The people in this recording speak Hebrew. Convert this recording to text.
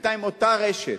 בינתיים אותה רשת,